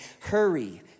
Hurry